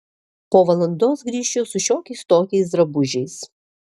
po valandos grįšiu su šiokiais tokiais drabužiais